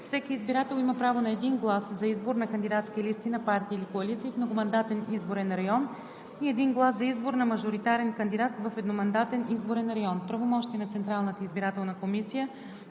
Всеки избирател има право на един глас за избор на кандидатски листи на партии или коалиции в многомандатен изборен район и един глас за избор на мажоритарен кандидат в едномандатен изборен район. Правомощия на Централната избирателна комисия